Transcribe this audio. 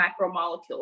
macromolecules